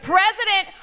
President